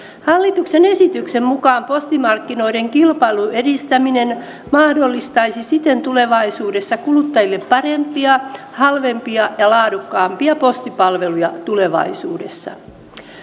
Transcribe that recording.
hallituksen esityksen mukaan postimarkkinoiden kilpailun edistäminen mahdollistaisi siten kuluttajille parempia halvempia ja laadukkaampia postipalveluja tulevaisuudessa